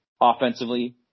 Offensively